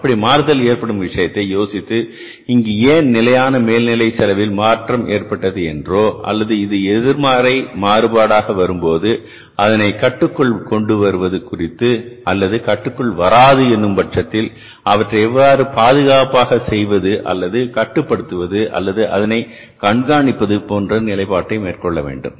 அப்படி மாறுதல் ஏற்படும் விஷயத்தை யோசித்து இங்கு ஏன் நிலையான மேல்நிலை செலவில் மாற்றம் ஏற்பட்டது என்றோ அல்லது இது எதிர்மறை மாறுபாடாக வரும்போது அதனை கட்டுக்குள் கொண்டு வருவது குறித்து அல்லது கட்டுக்குள் வராது என்னும் பட்சத்தில் அவற்றை எவ்வாறு பாதுகாப்பாக செய்வது அல்லது கட்டுப்படுத்துவது அல்லது அதனை கண்காணிப்பது போன்ற நிலைப்பாட்டை மேற்கொள்ள வேண்டும்